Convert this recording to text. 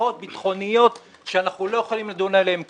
מסובכות ביטחוניות שאנחנו לא יכולים לדון עליהן כאן.